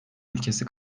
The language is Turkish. ülkesi